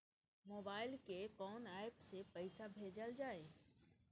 Mobile के कोन app से पैसा भेजल जाए?